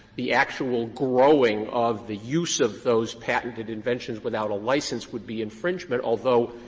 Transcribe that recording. the actual growing of the use of those patented inventions without a license would be infringement, although,